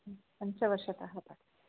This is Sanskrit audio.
पञ्चवर्षतः पा